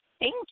Thank